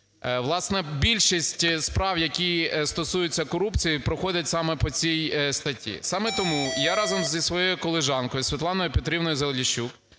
Власне, більшість справ, які стосуються корупції, проходять саме по цій статті. Саме тому я разом зі своєю колежанкою Світланою Петрівною Заліщук